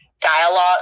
dialogue